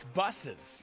buses